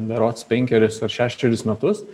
berods penkerius ar šešerius metus